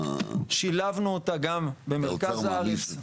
שילבנו אותה גם במרכז הארץ,